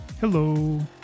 Hello